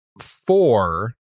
four